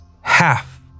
half